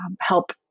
help